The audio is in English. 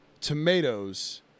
Tomatoes